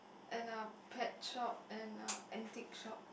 and a pet shop and a antique shop